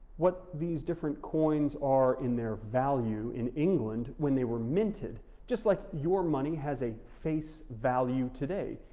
what these different coins are in their value in england when they were minted just like your money has a face value today,